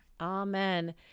Amen